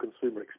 consumer